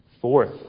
Fourth